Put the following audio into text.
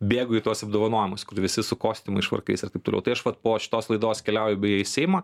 bėgu į tuos apdovanojimus kur visi su kostiumais švarkais ir taip toliau tai aš vat po šitos laidos keliauju beje į seimą